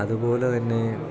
അതുപോലെ തന്നെ